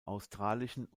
australischen